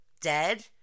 dead